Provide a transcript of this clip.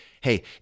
Hey